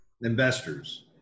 Investors